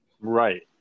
right